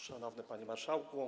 Szanowny Panie Marszałku!